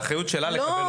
זאת אחריות שלה לקבל.